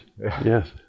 yes